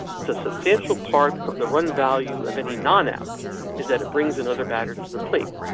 it's a substantial part of the run value of any non out is that it brings another batter to the plate,